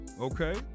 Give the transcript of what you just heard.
Okay